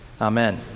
Amen